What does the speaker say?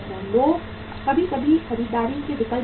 लोग कभी कभी खरीदारी के विकल्प बदलते हैं